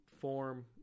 form